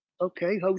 okay